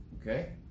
okay